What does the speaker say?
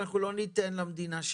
אבל אנחנו לא ניתן למדינה שנה.